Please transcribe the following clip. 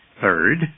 Third